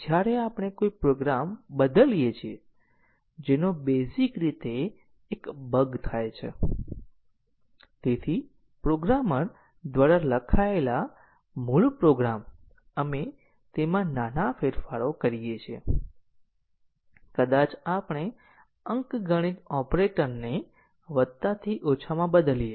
ગતિશીલ પ્રોગ્રામ વિશ્લેષક વાસ્તવમાં દર્શાવે છે કે કેટલા લીનીયર રીતે ઈન્ડીપેન્ડન્ટ માર્ગો આવરી લેવામાં આવ્યા છે અને આવા પ્રોગ્રામને લખવાનું મુશ્કેલ નથી વાસ્તવમાં તે ડાયનેમિક પ્રોગ્રામ વિશ્લેષક લખવા માટે સોંપણી તરીકે આપવા માંગે છે